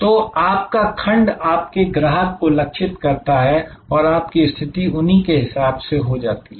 तो आपका खंड आपके ग्राहक को लक्षित करता है और आप की स्थिति उन्हीं के हिसाब से हो जाती है